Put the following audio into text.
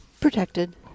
Protected